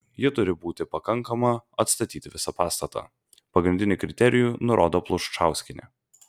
ji turi būti pakankama atstatyti visą pastatą pagrindinį kriterijų nurodo pluščauskienė